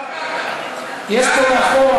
יש פה מאחור